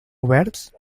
oberts